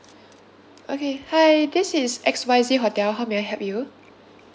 okay hi this is X Y Z hotel how may I help you